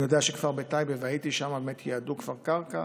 אני יודע שבטייבה כבר, והייתי שם, ייעדו קרקע